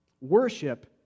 worship